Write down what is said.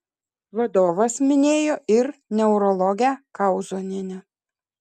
vadovas minėjo ir neurologę kauzonienę